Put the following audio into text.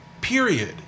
period